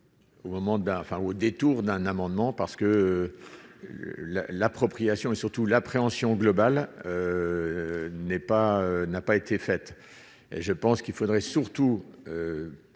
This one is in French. au détour d'un amendement parce que l'appropriation et surtout l'appréhension globale n'est pas n'a pas été fait et je pense qu'il faudrait surtout